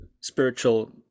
spiritual